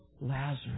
Lazarus